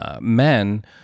men